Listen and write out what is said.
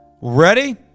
Ready